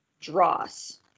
dross